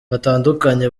batandukanye